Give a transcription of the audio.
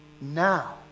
now